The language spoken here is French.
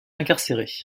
incarcérée